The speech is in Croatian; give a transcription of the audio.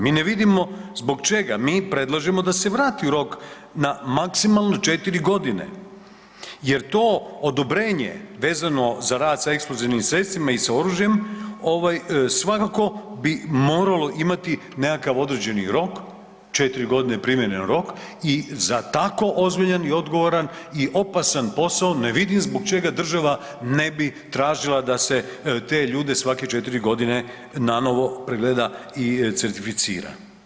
Mi ne vidimo zbog čega, mi predlažemo da se vrati rok na maksimalno 4 godine jer to odobrenje vezano za rad s eksplozivnim sredstvima i sa oružjem, svakako bi moralo imati nekakav određeni rok, 4 godine primjene rok i za tako ozbiljan i odgovoran i opasan posao, ne vidim zbog čega država ne bi tražila da se te ljude svake 4 godine nanovo pregleda i certificira.